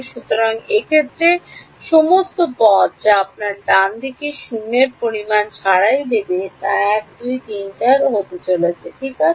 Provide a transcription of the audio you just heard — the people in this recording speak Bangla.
সুতরাং এক্ষেত্রে সমস্ত পদ যা আপনাকে ডানদিকে শূন্য পরিমাণ ছাড়াই দেবে 1 2 3 4 ঠিক আছে